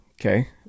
Okay